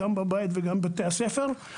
גם בבית וגם בבתי הספר.